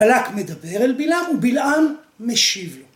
בלק מדבר אל בלעם ובלעם משיב לו.